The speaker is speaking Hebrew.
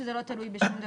שזה לא תלוי בשום דבר,